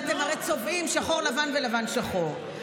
אתם הרי צובעים שחור ללבן ולבן לשחור.